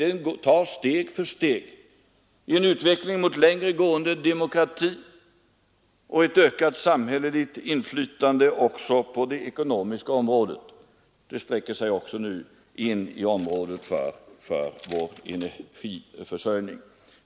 Den tar steg för steg i en utveckling mot längre gående demokrati och ett ökat samhälleligt inflytande också på det ekonomiska området, och det inflytandet sträcker sig nu också in på det område som gäller vår energiförsörjning.